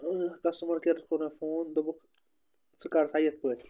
customer کیرَس کوٚر مےٚ فون دوٚپُکھ ژٕ کَر سا یِتھ پٲٹھۍ